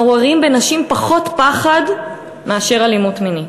מעוררים בנשים פחות פחד מאשר אלימות מינית.